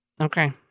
Okay